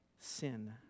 sin